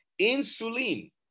insulin